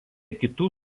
kitų